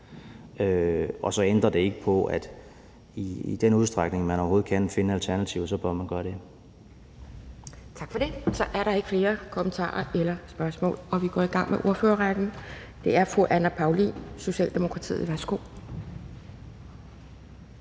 Og så ændrer det ikke på, at i den udstrækning, man overhovedet kan finde alternativer, så bør man gøre det. Kl. 10:58 Anden næstformand (Pia Kjærsgaard): Tak for det. Så er der ikke flere kommentarer eller spørgsmål, og vi går i gang med ordførerrækken. Det er fru Anne Paulin, Socialdemokratiet. Værsgo.